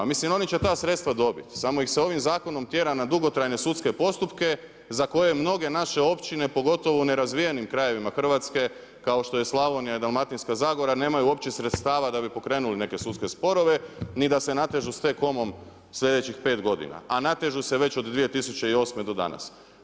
Mislim oni će ta sredstva dobiti samo ih se ovim zakonom tjera na dugotrajne sudske postupke za koje mnoge naše općine pogotovo u nerazvijenim krajevima Hrvatske kao što je Slavonija i Dalmatinska zagora nemaju uopće sredstava da bi pokrenuli neke sudske sporove, ni da se natežu sa T-com-om sljedećih 5 godina a natežu se već od 2008. do danas.